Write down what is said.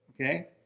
okay